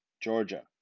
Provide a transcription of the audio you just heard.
Georgia